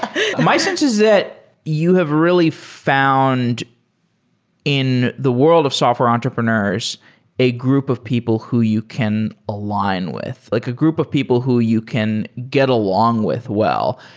my sense is that you have really found in the world of software entrepreneurs a group of people who you can align with. like a group of people who you can get along with well.